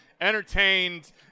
entertained –